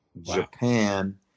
Japan